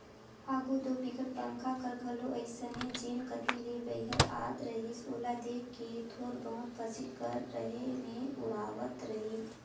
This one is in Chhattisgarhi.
आघु दो बिगर पंखा कर घलो अइसने जेन कती ले बईहर आत रहिस ओला देख के थोर बहुत फसिल कर रहें मे उड़वात रहिन